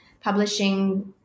publishing